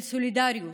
של סולידריות,